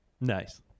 nice